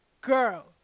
girl